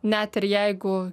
net ir jeigu